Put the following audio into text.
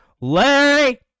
Larry